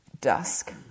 dusk